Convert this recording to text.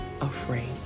afraid